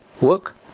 Work